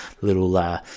little